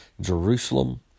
Jerusalem